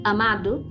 Amado